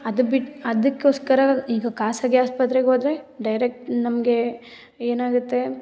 ಅದು ಬಿಟ್ಟು ಅದಕ್ಕೋಸ್ಕರ ಈಗ ಖಾಸಗಿ ಆಸ್ಪತ್ರೆಗೆ ಹೋದ್ರೆ ಡೈರೆಕ್ಟ್ ನಮಗೆ ಏನಾಗುತ್ತೆ